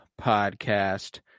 podcast